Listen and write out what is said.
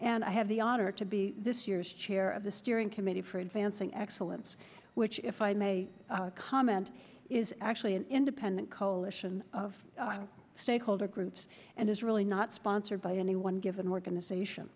and i have the honor to be this year's chair of the steering committee for advancing excellence which if i may comment is actually an independent coalition of stakeholder groups and is really not sponsored by any one given organization